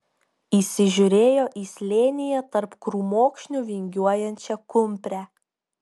įsižiūrėjo į slėnyje tarp krūmokšnių vingiuojančią kumprę